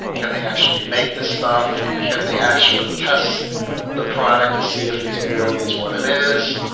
can they actually make this stuff? can they actually test the product to see if it really is what it is?